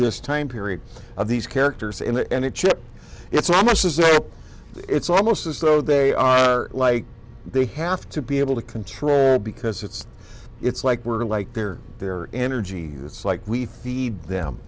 this time period of these characters in the end it chip it's almost as if it's almost as though they are like they have to be able to control because it's it's like we're like they're their energy it's like we feed them